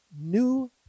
new